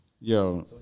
Yo